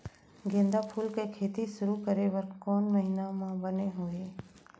गेंदा फूल के खेती शुरू करे बर कौन महीना मा बने होही?